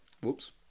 whoops